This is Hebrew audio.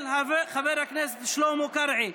של חבר הכנסת שלמה קרעי.